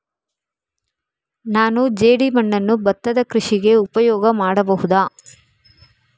ನಾನು ಜೇಡಿಮಣ್ಣನ್ನು ಭತ್ತದ ಕೃಷಿಗೆ ಉಪಯೋಗ ಮಾಡಬಹುದಾ?